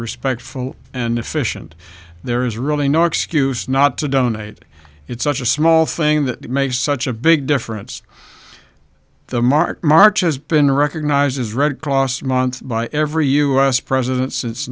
respectful and efficient there is really no excuse not to donate it's such a small thing that makes such a big difference the mark mark has been recognized as red cross month by every us president since